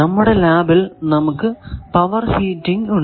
നമ്മുടെ ലാബിൽ നമുക്ക് പവർ ഹീറ്റിംഗ് ഉണ്ട്